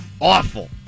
awful